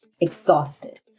exhausted